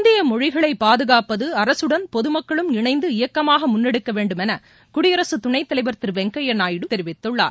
இந்திய மொழிகளை பாதுகாப்பது அரசுடன் பொதுமக்களும் இணைந்து இயக்கமாக முன்னெடுக்க வேண்டும் என குடியரசுத் துணைத் தலைவர் திரு எம் வெங்கைய்யா நாயுடு தெரிவித்துள்ளார்